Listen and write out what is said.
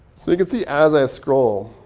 so you can see as i scroll,